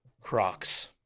Crocs